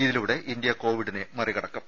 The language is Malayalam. ഇതിലൂടെ ഇന്ത്യ കോവിഡിനെ മറികടക്കും